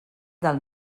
del